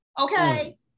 Okay